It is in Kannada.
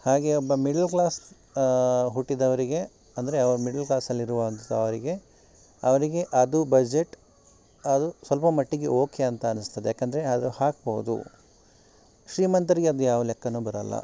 ಹಾಗೆ ಒಬ್ಬ ಮಿಡ್ಲ್ ಕ್ಲಾಸ್ ಹುಟ್ಟಿದವರಿಗೆ ಅಂದರೆ ಮಿಡ್ಲ್ ಕ್ಲಾಸಲ್ಲಿರುವ ಅಂಥವರಿಗೆ ಅವರಿಗೆ ಅದು ಬಜೆಟ್ ಅದು ಸ್ವಲ್ಪ ಮಟ್ಟಿಗೆ ಓಕೆ ಅಂತ ಅನ್ನಿಸ್ತದೆ ಯಾಕೆಂದ್ರೆ ಅದು ಹಾಕ್ಬಹುದು ಶ್ರೀಮಂತರಿಗೆ ಅದು ಯಾವ ಲೆಕ್ಕವೂ ಬರೋಲ್ಲ